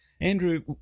Andrew